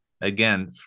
again